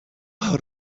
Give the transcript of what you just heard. out